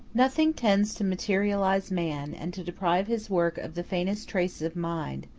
nothing tends to materialize man, and to deprive his work of the faintest trace of mind,